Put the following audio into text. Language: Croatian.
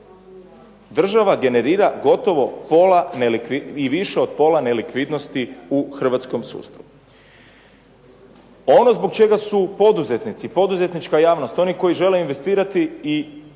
Država generira gotovo pola i više od pola nelikvidnosti u hrvatskom sustavu. Ono zbog čega su poduzetnici, poduzetnička javnost, oni koji žele investirati i